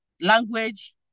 language